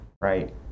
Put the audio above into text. right